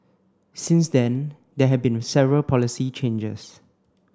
since then there had been several policy changes